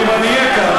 ואם אני אהיה כאן,